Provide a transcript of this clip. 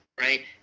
right